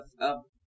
up